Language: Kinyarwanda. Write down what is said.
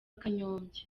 kanyombya